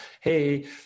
hey